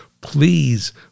please